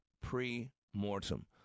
pre-mortem